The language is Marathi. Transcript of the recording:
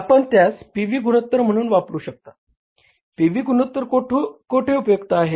आपण त्यास पी व्ही गुणोत्तर म्हणून वापरू शकता पी व्ही गुणोत्तर कोठे उपयुक्त आहे